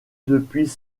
depuis